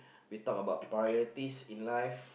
we talk about priorities in life